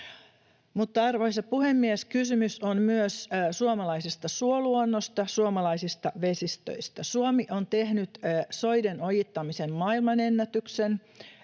Arvoisa puhemies! Kysymys on myös suomalaisesta suoluonnosta, suomalaisista vesistöistä. Suomi on tehnyt soiden ojittamisen maailmanennätyksen.